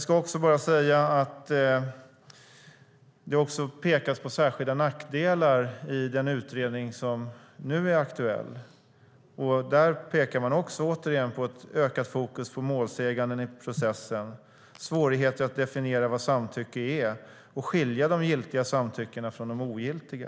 Det pekas också på särskilda nackdelar i den aktuella utredningen. Man talar om ett ökat fokus på målsäganden i processen och svårigheter att definiera vad samtycke är och att skilja giltiga samtycken från ogiltiga.